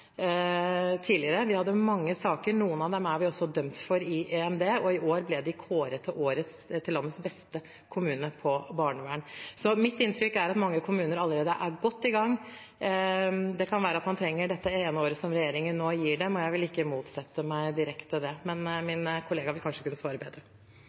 tidligere. Vi hadde mange saker. Noen av dem er vi også dømt for i EMD, og i år ble vi kåret til landets beste kommune på barnevern. Så mitt inntrykk er at mange kommuner allerede er godt i gang. Det kan være at man trenger dette ene året regjeringen nå gir dem, og jeg vil ikke motsette meg det direkte, men min kollega vil kanskje kunne svare bedre.